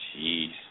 Jeez